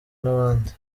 n’abandi